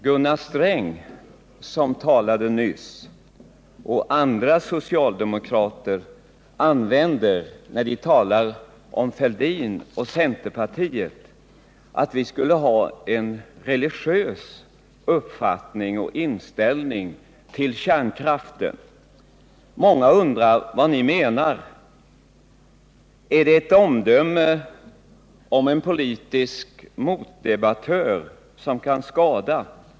Gunnar Sträng, som talade nyss, och andra socialdemokrater påstår när de talar om Thorbjörn Fälldin och centerpartiet att vi skulle ha en religiös inställning till kärnkraften. Många undrar vad ni menar. Är det ett omdöme om en politisk motdebattör som kan skada honom?